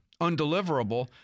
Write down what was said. undeliverable